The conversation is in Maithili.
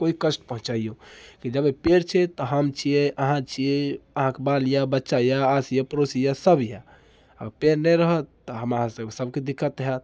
केओ कष्ट पहुँचैओ जबे पेड़ छै तऽ हम छियै अहाँ छियै अहाँकेँ बाल यऽ बच्चा यऽ आस यऽ पड़ोस यऽ सब यऽ आ पेड़ नहि रहत तऽ हम अहाँ सबके दिक्कत होएत